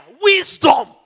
wisdom